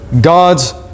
God's